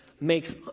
makes